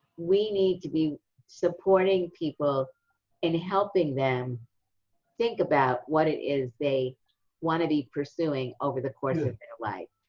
we need to be supporting people in helping them think about what it is they want to be pursuing over the course of their life.